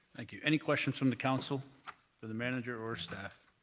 thank you. any questions from the council for the manager or staff?